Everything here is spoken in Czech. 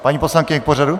Paní poslankyně, k pořadu?